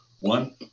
One